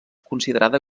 considerada